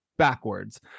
Backwards